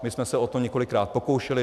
My jsme se o to několikrát pokoušeli.